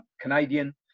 Canadian